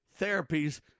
therapies